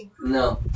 No